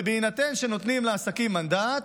בהינתן שנותנים לעסקים מנדט,